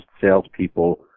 salespeople